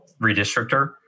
redistrictor